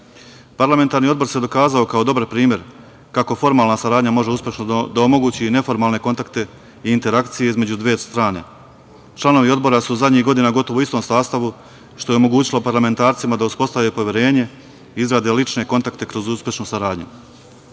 parlamenta. Parlamentarni odbor se dokazao kao dobar primer, kako formalna saradnja može uspešno da omogući i neformalne kontakte i interakcije između dve strane. Članovi Odbora su zadnjih godina gotovo u istom sastavu, što je omogućilo parlamentarcima da uspostave poverenje, izrade lične kontakte kroz uspešnu